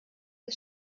des